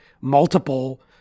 multiple